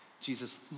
Jesus